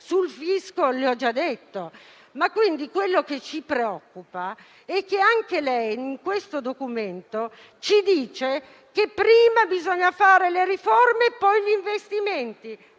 Sul fisco le ho già detto. Ciò che ci preoccupa è che anche lei, in questo documento, ci dice che prima bisogna fare le riforme e poi gli investimenti.